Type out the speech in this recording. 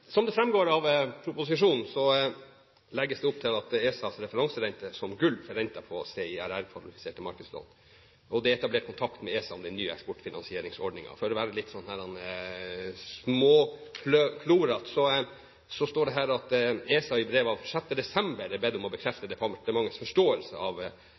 Som det framgår av proposisjonen, legges det opp til at ESAs referanserente er «som gulv» for renten på CIRR-favoriserte markedslån, og det er etablert kontakt med ESA om den nye eksportfinansieringsordningen. For å være litt «småklorete»: Det står at ESA i brev av 6. desember er bedt om å bekrefte departementets forståelse av